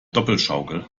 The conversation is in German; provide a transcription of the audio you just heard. doppelschaukel